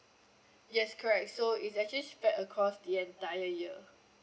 yes correct so it's actually spread across the entire year